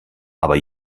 aber